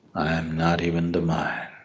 not even the mind.